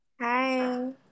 Hi